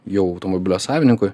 jau automobilio savininkui